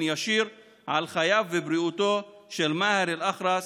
ישיר לחייו ובריאותו של מאהר אל-אח'רס.